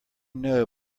know